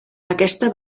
aquesta